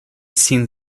seen